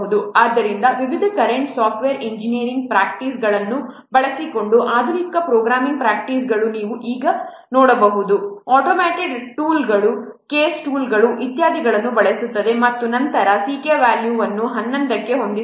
ಆದ್ದರಿಂದ ವಿವಿಧ current software engineering ಪ್ರಾಕ್ಟೀಸ್ಗಳನ್ನು ಬಳಸಿಕೊಂಡು ಆಧುನಿಕ ಪ್ರೋಗ್ರಾಮಿಂಗ್ ಪ್ರಾಕ್ಟೀಸ್ಗಳು ನೀವು ಈಗ ನೋಡಬಹುದಾದ ಆಟೋಮೇಟೆಡ್ ಟೂಲ್ಗಳುಗಳು ಕೇಸ್ ಟೂಲ್ಗಳು ಇತ್ಯಾದಿಗಳನ್ನು ಬಳಸುತ್ತದೆ ಮತ್ತು ನಂತರ ck ವ್ಯಾಲ್ಯೂವನ್ನು 11 ಕ್ಕೆ ಹೊಂದಿಸಬಹುದು